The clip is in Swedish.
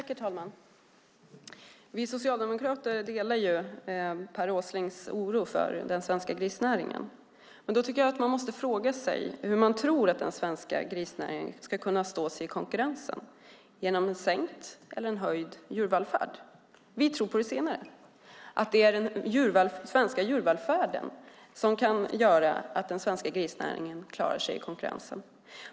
Herr talman! Vi socialdemokrater delar Per Åslings oro för den svenska grisnäringen. Men då tycker jag att man måste fråga sig hur man tror att den svenska grisnäringen ska kunna stå sig i konkurrensen, genom en sänkt eller en höjd nivå på djurvälfärden. Vi tror på det senare, att det är den svenska djurvälfärden som kan göra att den svenska grisnäringen klarar sig i konkurrensen.